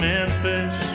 Memphis